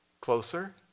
closer